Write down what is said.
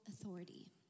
authority